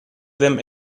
them